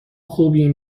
خوبیم